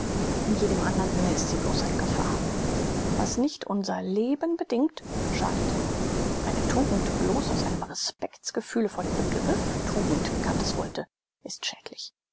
in jedem andern sinne ist sie bloß eine gefahr was nicht unser leben bedingt schadet ihm eine tugend bloß aus einem respekts gefühle vor dem begriff tugend wie kant es wollte ist schädlich